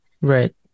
Right